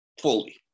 Fully